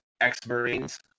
ex-marines